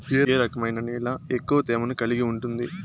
ఏ రకమైన నేల ఎక్కువ తేమను కలిగి ఉంటుంది?